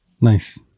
nice